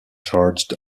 charged